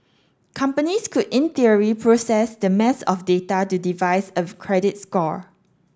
companies could in theory process that mass of data to devise a credit score